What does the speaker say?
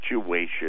situation